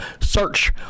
search